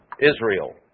Israel